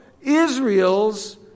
Israel's